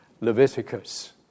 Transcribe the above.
Leviticus